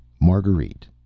Marguerite